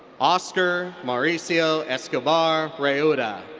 oscar mauricio escobar rauda.